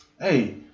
Hey